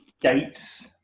dates